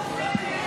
לא לדאוג.